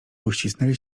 uścisnęli